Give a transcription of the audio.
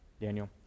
Daniel